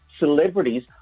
celebrities